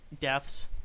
deaths